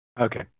Okay